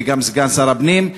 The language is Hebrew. וגם סגן שר הפנים,